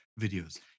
videos